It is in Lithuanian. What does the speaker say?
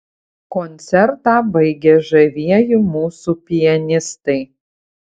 koncertą baigė žavieji mūsų pianistai